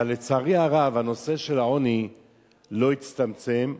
אבל לצערי הרב הנושא של העוני לא הצטמצם,